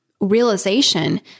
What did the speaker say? realization